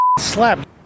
slept